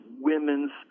women's